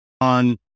on